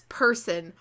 person